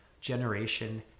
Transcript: generation